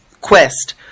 quest